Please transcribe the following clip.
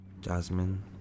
jasmine